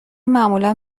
معمولا